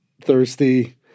thirsty